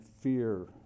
fear